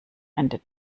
ende